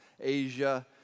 Asia